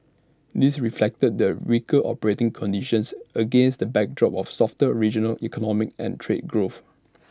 this reflected the weaker operating conditions against the backdrop of softer regional economic and trade growth